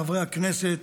חברי הכנסת,